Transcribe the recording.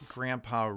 Grandpa